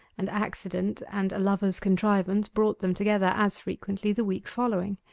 and accident and a lover's contrivance brought them together as frequently the week following.